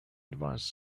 advise